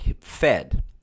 fed